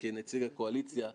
למדתי ממך הרבה מאוד.